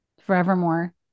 forevermore